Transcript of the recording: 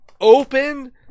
open